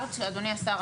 אדוני השר,